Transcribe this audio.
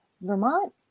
Vermont